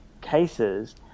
cases